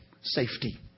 safety